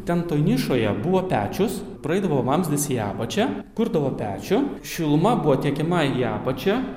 ten toj nišoje buvo pečius praeidavo vamzdis į apačią kurdavo pečių šiluma buvo tiekiama į apačią